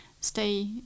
stay